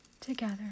together